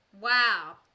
Wow